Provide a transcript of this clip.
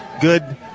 good